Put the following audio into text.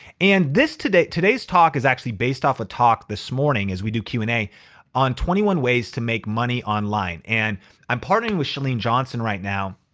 and today's today's talk is actually based off a talk this morning as we do q and a on twenty one ways to make money online. and i'm partnering with chalene johnson right now.